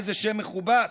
איזה שם מכובס,